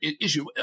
issue